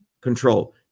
control